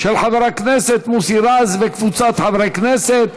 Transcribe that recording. של חבר הכנסת מוסי רז וקבוצת חברי כהנסת.